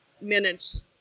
minutes